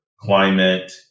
climate